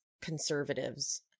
conservatives